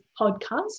podcast